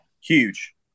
huge